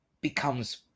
becomes